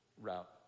route